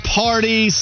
party